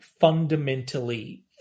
fundamentally